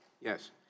Yes